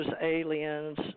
aliens